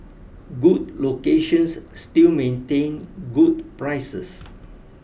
good locations still maintain good prices